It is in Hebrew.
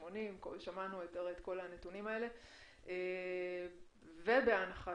היא פרסמה את זה במקביל לפרסומי היעילות שלה ולכן הדיווח הזה